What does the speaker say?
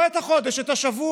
לא את החודש, את השבוע,